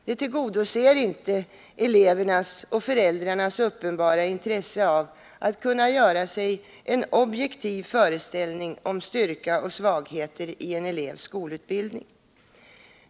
Det tillgodoser inte elevernas och föräldrarnas uppenbara intresse av att kunna göra sig en objektiv föreställning om styrka och svagheter i en elevs skolutbildning.